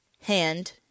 hand